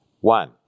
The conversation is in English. one